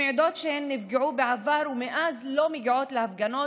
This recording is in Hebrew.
שמעידות שהן נפגעו בעבר ומאז לא מגיעות להפגנות,